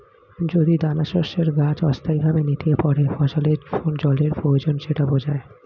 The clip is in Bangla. যদি দানাশস্যের গাছ অস্থায়ীভাবে নেতিয়ে পড়ে ফসলের জলের প্রয়োজন সেটা বোঝায়